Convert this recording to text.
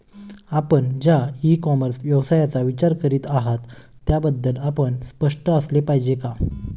आपण ज्या e commerce व्यवसायाचा विचार करीत आहात त्याबद्दल आपण स्पष्ट असले पाहिजे का?